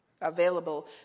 available